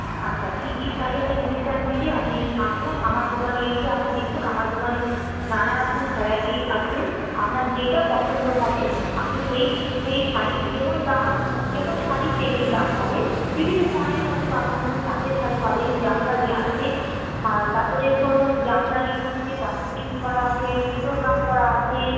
আচ্ছা কী কী শাড়ি আপনি নিতে চান দিদি আপনি আসুন আমার দোকানে এসে আপনি দেখুন আমার দোকানে নানা রকম ভ্যারাইটি আছে আপনার যেটা পছন্দ হবে আপনি সেই সেই শাড়ির যেমন দাম যেমন শাড়ি তেমনি দাম হবে বিভিন্ন ধরনের মধ্যে পাবেন ধরুন তাঁতের শাড়ি পাবেন জামদানী আছে হ্যাঁ তারপরে ধরুন জামদানীর মধ্যে বাটিক প্রিন্ট করা আছে সুতোর কাজ করা আছে